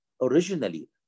originally